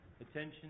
Attention